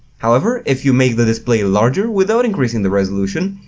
however if you make the display larger without increasing the resolution,